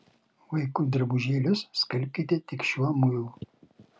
vaikų drabužėlius skalbkite tik šiuo muilu